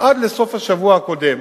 עד לסוף השבוע הקודם,